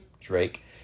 Drake